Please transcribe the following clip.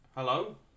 Hello